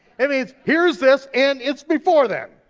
it means here's this, and it's before then,